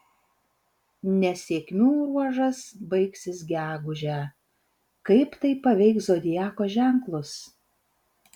nesėkmių ruožas baigsis gegužę kaip tai paveiks zodiako ženklus